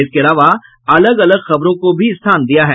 इसके अलावा अलग अलग खबरों को भी स्थान दिया है